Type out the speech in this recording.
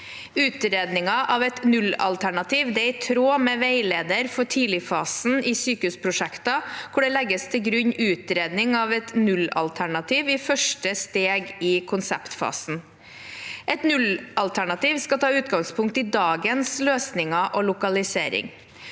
Utredningen av et nullalternativ er i tråd med veileder for tidligfasen i sykehusprosjekter, hvor det legges til grunn utredning av et nullalternativ i første steg i konseptfasen. Et nullalternativ skal ta utgangspunkt i dagens løsninger og lokalisering.